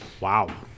Wow